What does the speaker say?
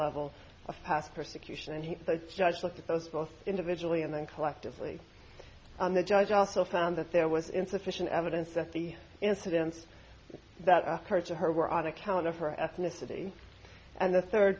level of past persecution and he said judge look at those both individually and collectively the judge also found that there was insufficient evidence that the incidents that occurred to her were on account of her ethnicity and the third